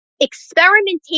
experimentation